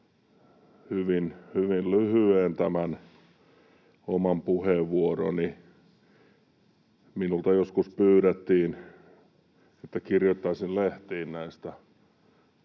hyvin lyhyeen tämän oman puheenvuoroni. Minulta joskus pyydettiin, että kirjoittaisin lehtiin näistä